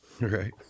Right